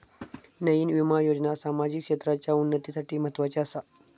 नयीन विमा योजना सामाजिक क्षेत्राच्या उन्नतीसाठी म्हत्वाची आसा